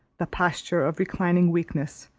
the posture of reclining weakness,